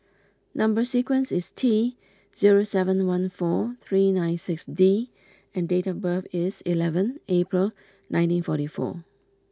number sequence is T zero seven one four three nine six D and date of birth is eleven April nineteen forty four